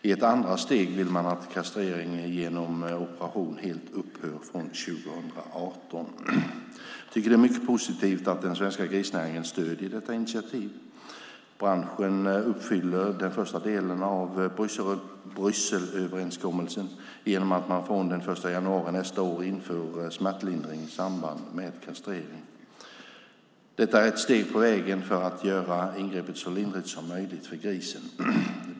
I ett andra steg vill man att kastrering genom operation helt upphör från 2018. Jag tycker att det är mycket positivt att den svenska grisnäringen stöder detta initiativ. Branschen uppfyller den första delen av Brysselöverenskommelsen genom att man från den 1 januari nästa år inför smärtlindring i samband med kastrering. Detta är ett steg på vägen för att göra ingreppet så lindrigt som möjligt för grisen.